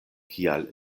kial